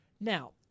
Now